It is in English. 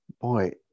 boy